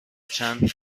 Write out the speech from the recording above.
چند